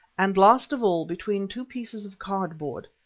and last of all between two pieces of cardboard,